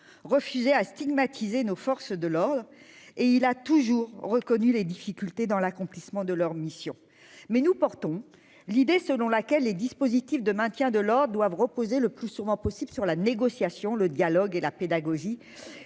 refusé à stigmatiser nos forces de l'ordre et il a toujours reconnu les difficultés dans l'accomplissement de leur mission, mais nous portons l'idée selon laquelle les dispositifs de maintien de l'ordre doivent reposer le plus souvent possible sur la négociation, le dialogue et la pédagogie